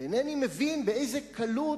אינני מבין באיזו קלות,